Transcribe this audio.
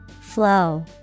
Flow